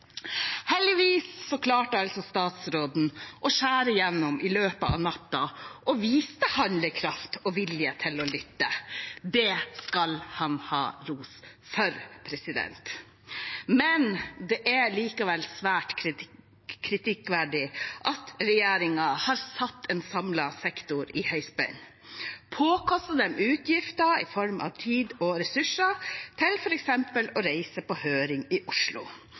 klarte statsråden å skjære igjennom i løpet av natta og viste handlekraft og vilje til å lytte. Det skal han ha ros for. Men det er likevel svært kritikkverdig at regjeringen har satt en samlet sektor i høyspenn, påført dem utgifter i form av tid og ressurser til f.eks. å reise til høring i Oslo